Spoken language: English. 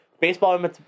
Baseball